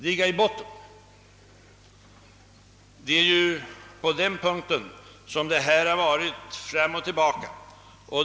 På den punkten har rått osäkerhet; man har vinglat fram och tillbaka.